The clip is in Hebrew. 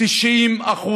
90%